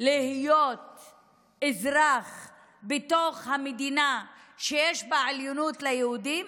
להיות אזרח בתוך המדינה שיש בה עליונות ליהודים,